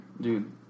dude